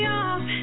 off